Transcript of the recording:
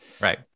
Right